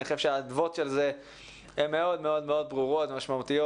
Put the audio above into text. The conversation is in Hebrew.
אני חושב שהאדוות של זה הן מאוד מאוד ברורות ומשמעותיות.